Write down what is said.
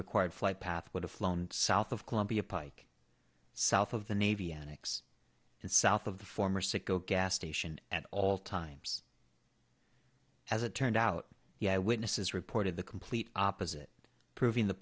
required flight path would have flown south of columbia pike south of the navy enix and south of the former sicko gas station at all times as it turned out the eye witnesses reported the complete opposite proving the